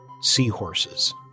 seahorses